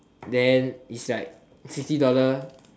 then it's like sixty dollar